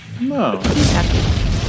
No